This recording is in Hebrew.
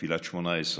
תפילת שמונה-עשרה: